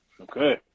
Okay